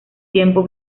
tiempo